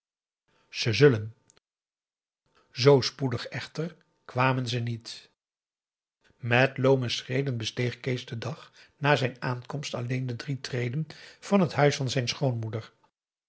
zullen zoo spoedig echter kwamen ze niet met loome schreden besteeg kees den dag na zijn aankomst alleen de drie treden van het huis van zijn schoonmoeder